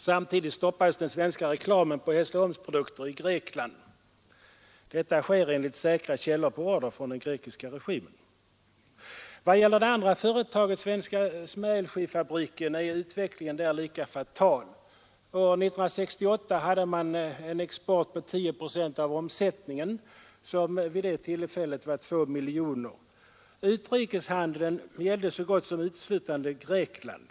Samtidigt stoppades i Grekland den svenska reklamen för Hässleholmsprodukter. Detta skedde enligt säkra källor på order av den grekiska regimen. I vad gäller det andra företaget, Svenska Smergelskiffabriken, är utvecklingen där lika fatal. År 1968 utgjorde exporten 10 procent av omsättningen, som vid det tillfället uppgick till 2 miljoner kronor. Utrikeshandeln gällde så gott som uteslutande Grekland.